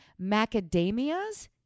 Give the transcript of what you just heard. Macadamias